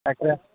তাকে